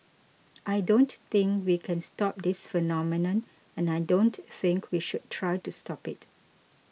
I don't think we can stop this phenomenon and I don't think we should try to stop it